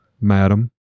Madam